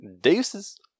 deuces